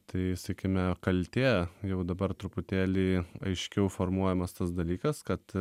tai sakykime kaltė jau dabar truputėlį aiškiau formuojamas tas dalykas kad